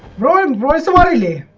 the and boys allegedly